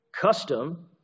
custom